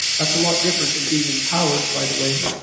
that's a lot different than being empowered, by the way